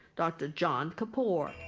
dr. john kapoor.